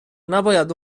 نباید